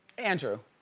andrew,